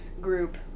group